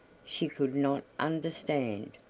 she could not understand.